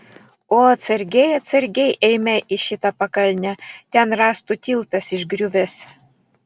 o atsargiai atsargiai eime į šitą pakalnę ten rąstų tiltas išgriuvęs